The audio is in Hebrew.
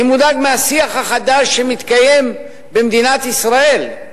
אני מודאג מהשיח החדש שמתקיים במדינת ישראל,